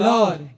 Lord